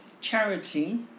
charity